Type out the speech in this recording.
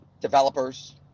developers